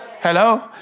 Hello